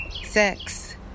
sex